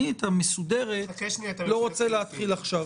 את ה"מסודרת" אני לא רוצה להתחיל עכשיו.